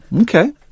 okay